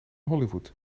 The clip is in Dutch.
hollywood